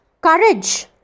courage